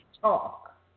talk